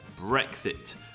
Brexit